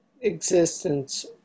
existence